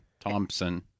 Thompson